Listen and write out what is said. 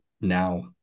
now